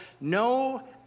no